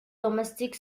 domestic